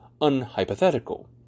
unhypothetical